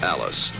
Alice